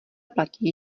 platí